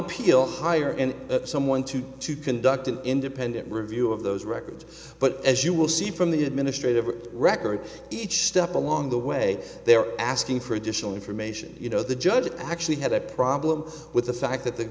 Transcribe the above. appeal higher and someone to to conduct an independent review of those records but as you will see from the administrative records each step along the way they're asking for additional information you know the judge actually had a problem with the fact that the